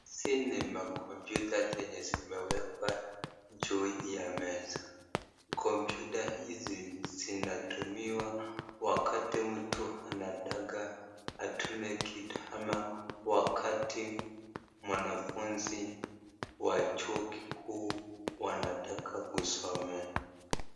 Hizi ni makompyta zenye zimewekwa juu ya meza, kopyuta hizi zinatumiwa wakati mtu anataka atume kitu ama wakati mwanafunzi wa chuo kikuu wanataka kusomea.